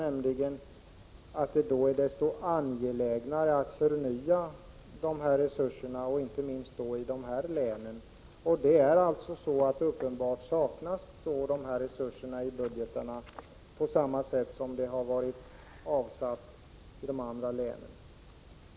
Det är ju då desto angelägnare att förnya dessa resurser, inte minst i de tre län vi har aktualiserat. Uppenbarligen saknar dessa län de resurser som finns i andra län för det här ändamålet.